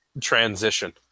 transition